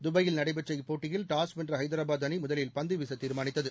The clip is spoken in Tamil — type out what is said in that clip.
துபாயில் நடைபெற்ற இப்போட்டியில் டாஸ் வென்ற ஐதராபாத் அணி முதலில் பந்து வீச தீா்மானித்தது